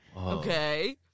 Okay